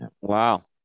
wow